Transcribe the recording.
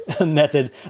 method